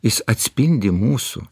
jis atspindi mūsų